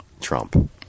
Trump